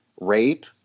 rape